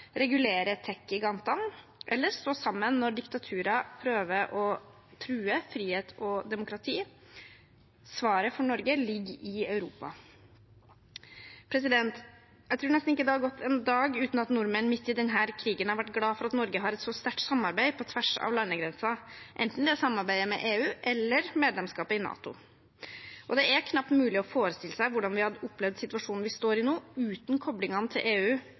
eller å stå sammen når diktaturer prøver å true frihet og demokrati. Svaret for Norge ligger i Europa. Jeg tror nesten ikke det har gått en dag uten at nordmenn midt i denne krigen har vært glad for at Norge har et så sterkt samarbeid på tvers av landegrenser, enten det er samarbeidet med EU eller medlemskapet i NATO. Det er knapt mulig å forestille seg hvordan vi hadde opplevd situasjonen vi står i nå uten koblingene til EU